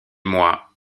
moi